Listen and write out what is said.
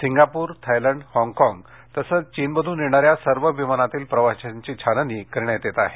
Singapore Thailand हाँगकाँग तसंच चीनमधून येणाऱ्या सर्व विमानातील प्रवाशांची छाननी करण्यात येत आहे